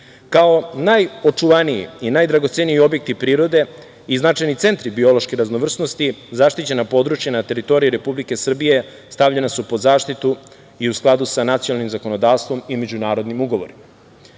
najočuvaniji i najdragoceniji objekti prirode i značajni centri biološki raznovrsnosti, zaštićena područja na teritoriji Republike Srbije, stavljena su pod zaštitu i u skladu sa nacionalnim zakonodavstvom i međunarodnim ugovorima. To